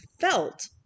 felt